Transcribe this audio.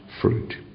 fruit